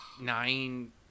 nine